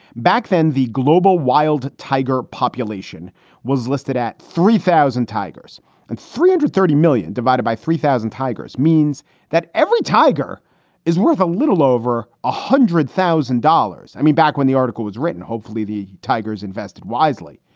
back then, the global wild tiger population was listed at three thousand tigers and three hundred and thirty million divided by three thousand tigers. means that every tiger is worth a little over a hundred thousand dollars. i mean, back when the article was written, hopefully the tigers invested wisely.